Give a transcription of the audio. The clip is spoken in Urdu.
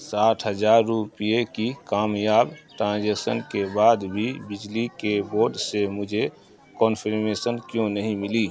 ساٹھ ہزار روپے کی کامیاب ٹرانزیکشن کے بعد بھی بجلی کے بورڈ سے مجھے کنفرمیشن کیوں نہیں ملی